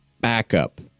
backup